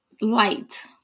Light